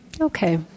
Okay